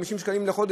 50 שקלים לחודש,